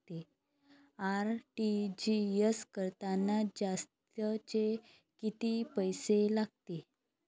RTGS करतांनी जास्तचे कितीक पैसे लागते?